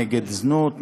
נגד זנות,